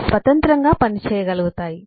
అవి స్వతంత్రంగా పని చేయగలుగుతాయి